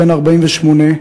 בן 48,